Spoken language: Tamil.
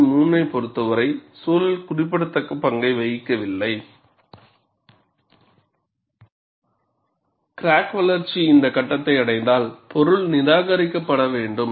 பகுதி3 ஐப் பொறுத்தவரை சூழல் குறிப்பிடத்தக்க பங்கை வகிக்கவில்லை கிராக் வளர்ச்சி இந்த கட்டத்தை அடைந்தால் பொருள் நிராகரிக்கப்பட வேண்டும்